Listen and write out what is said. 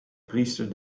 priester